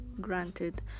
granted